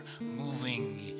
moving